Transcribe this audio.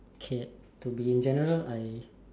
okay to be in general I